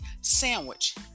sandwich